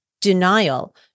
denial